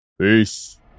Peace